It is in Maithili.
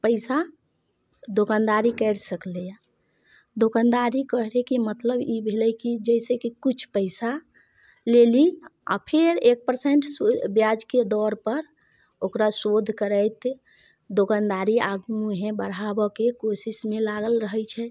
पइसा दोकानदारी करि सकलैए दोकानदारी करैके मतलब ई भेलै कि जइसे कि किछु पइसा लेली आओर फिर एक परसेन्ट बिआजके दरपर ओकरा सुदि करैत दोकानदारी आगू मुँहेँ बढ़ाबऽके कोशिशमे लागल रहै छै